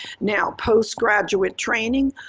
now, postgraduate training,